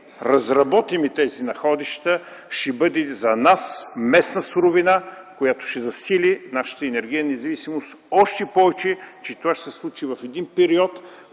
разработим тези находища, ще бъде за нас местна суровина, която ще засили нашата енергийна независимост. Още повече, че това се случи в един период,